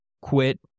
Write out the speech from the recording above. quit